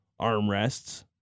armrests